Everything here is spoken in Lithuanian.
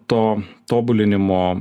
to tobulinimo